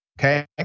okay